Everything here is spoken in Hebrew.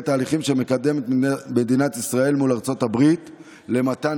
ההליכים שמקדמת מדינת ישראל מול ארצות הברית למתן